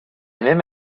même